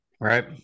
right